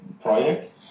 project